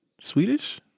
Swedish